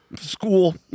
school